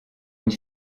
une